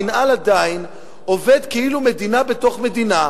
המינהל עדיין עובד כאילו הוא מדינה בתוך מדינה.